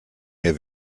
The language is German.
mir